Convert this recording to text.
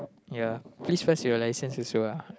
ya please what's your licence as well